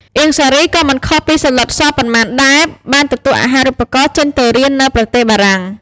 អៀង សារី ក៏មិនខុសពី សាឡុត ស ប៉ុន្មានដែរ បានទទួលអាហារូបករណ៍ចេញទៅរៀននៅប្រទេសបារាំង។